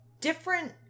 different